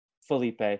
felipe